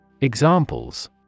Examples